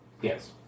Yes